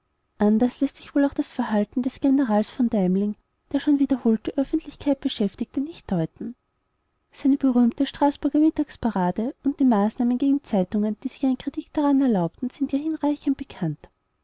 anders läßt sich wohl auch das verhalten des generals v deimling der schon wiederholt die öffentlichkeit beschäftigte nicht deuten seine berühmte straßburger mittagsparade und die maßnahmen gegen zeitungen die sich eine kritik daran erlaubten sind ja hinreichend bekannt